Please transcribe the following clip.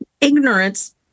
ignorance